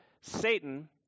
Satan